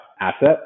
asset